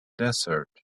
desert